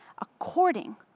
according